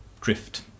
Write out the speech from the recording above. drift